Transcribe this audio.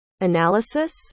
analysis